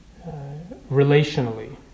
relationally